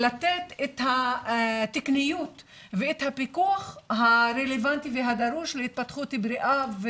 לתת את התקניות ואת הפיקוח הרלבנטי והדרוש להתפתחות בריאה,